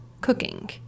cooking